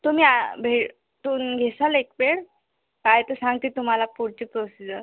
तुम्ही आ भेटून घेसाल एकवेळ काय आहे ते सांगते तुम्हाला पुढची प्रोसिजर